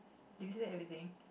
do you say anything